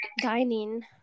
dining